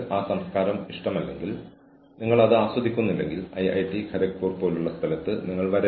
മോശം പ്രകടനമുള്ള ജീവനക്കാരെ എങ്ങനെ ശിക്ഷിക്കണമെന്ന് തീരുമാനിക്കുന്നതിന് മുമ്പ് ജീവനക്കാരുടെ പ്രകടനത്തിന് ന്യായമായ മാനദണ്ഡങ്ങൾ നിശ്ചയിക്കണം